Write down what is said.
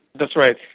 that's right.